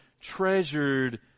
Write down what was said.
treasured